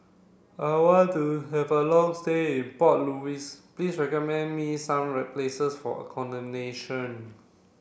I want to have a long stay in Port Louis please recommend me some places for accommodation